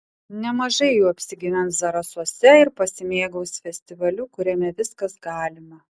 nemažai jų apsigyvens zarasuose ir pasimėgaus festivaliu kuriame viskas galima